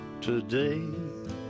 today